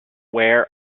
where